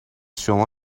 شما